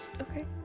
Okay